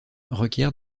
requiert